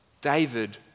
David